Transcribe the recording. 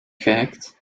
gehackt